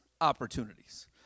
opportunities